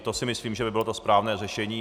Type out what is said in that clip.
To si myslím, že by bylo to správné řešení.